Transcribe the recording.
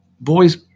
boy's